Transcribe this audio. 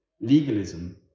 Legalism